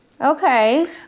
Okay